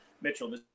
Mitchell